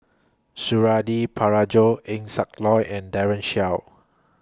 Suradi Parjo Eng Siak Loy and Daren Shiau